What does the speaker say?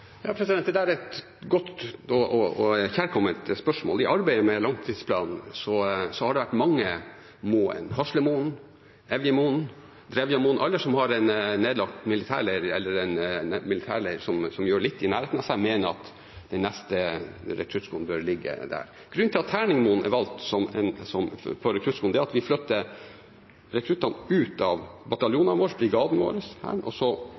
er et godt og kjærkomment spørsmål. I arbeidet med langtidsplanen har det vært mange -moen: Haslemoen, Evjemoen, Drevjamoen. Alle som har en nedlagt militærleir eller en militærleir som gjør litt, i nærheten av seg, mener at den neste rekruttskolen bør ligge der. Grunnen til at Terningmoen er valgt for rekruttskolen, er at vi flytter rekruttene ut av bataljonene våre, brigaden vår, Hæren, og så